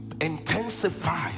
intensify